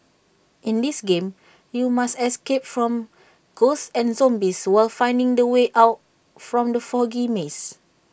in this game you must escape from ghosts and zombies while finding the way out from the foggy maze